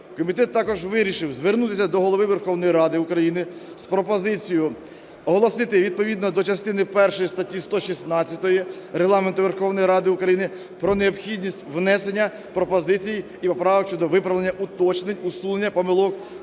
Комітет також вирішив звернутися до Голови Верховної Ради України з пропозицією оголосити відповідно до частини першої статті 116 Регламенту Верховної Ради України про необхідність внесення пропозицій і поправок щодо виправлення уточнень, усунення помилок